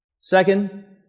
Second